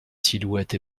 silhouette